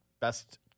best